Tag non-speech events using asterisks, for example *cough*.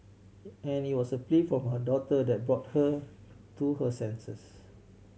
*unintelligible* and it was a plea from her daughter that brought her to her senses